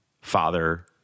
Father